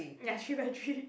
ya three by three